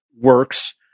Works